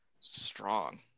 strong